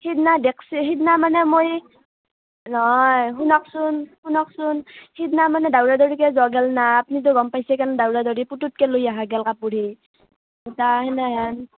সিদিনা দেখিছে সিদিনা মানে মই নহয় শুনকচোন শুনকচোন সিদিনা মানে দউৰা দাউৰি কে যৱা গ'ল না আপুনিটো গম পাইছে কেনে দাউৰ দাউৰি পুতুক্কে লৈ অহা গ'ল কাপোৰী ইতা সেনে হান